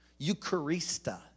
Eucharista